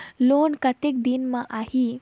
Loan कतेक दिन मे आही?